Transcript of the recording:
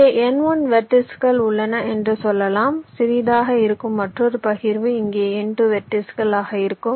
இங்கே n1 வெர்ட்டிஸ்கள் உள்ளன என்று சொல்லலாம் சிறியதாக இருக்கும் மற்றொரு பகிர்வு இங்கே n2 வெர்ட்டிஸ்கள் ஆக இருக்கும்